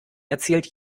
erzählt